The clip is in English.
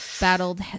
battled